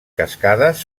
cascades